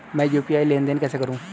मैं यू.पी.आई लेनदेन कैसे करूँ?